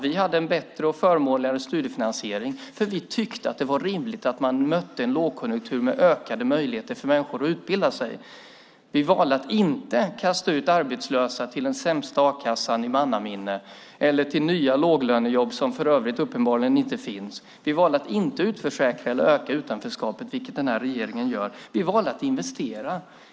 Vi hade en bättre och förmånligare studiefinansiering, för vi tyckte att det var rimligt att vi mötte en lågkonjunktur med ökade möjligheter för människor att utbilda sig. Vi valde att inte kasta ut arbetslösa till den sämsta a-kassan i mannaminne eller till nya låglönejobb, som för övrigt uppenbarligen inte finns. Vi valde att inte utförsäkra eller öka utanförskapet, vilket den nuvarande regeringen gör. Vi valde att investera.